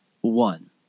one